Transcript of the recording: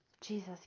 Jesus